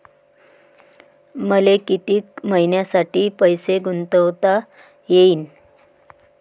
मले कितीक मईन्यासाठी पैसे गुंतवता येईन?